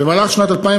במהלך שנת 2011